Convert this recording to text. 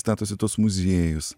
statosi tuos muziejus